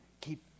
keep